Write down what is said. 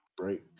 Right